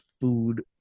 food